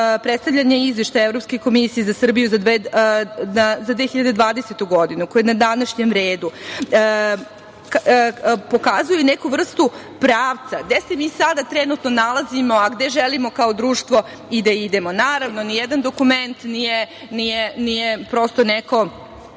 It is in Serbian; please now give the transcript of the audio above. predstavljanja izveštaja Evropske komisije za Srbiju za 2020. godinu koji je na današnjem redu, pokazuje neku vrstu pravca, gde se mi sada trenutno nalazimo, a gde želimo kao društvo i da idemo. Naravno, ni jedan dokument nije prosto neko